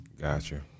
gotcha